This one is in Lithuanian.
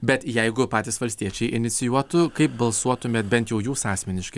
bet jeigu patys valstiečiai inicijuotų kaip balsuotumėt bent jau jūs asmeniškai